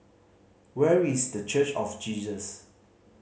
where is The Church of Jesus